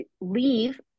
leave